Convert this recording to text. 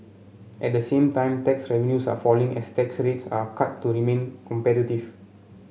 at the same time tax revenues are falling as tax rates are cut to remain competitive